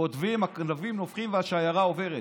כותבים "הכלבים נובחים והשיירה עוברת".